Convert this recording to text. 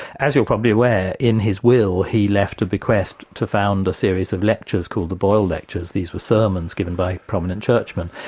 as you're probably aware, in his will he left a bequest to found a series of lectures called the boyle lectures. these were sermons given by prominent churchmen,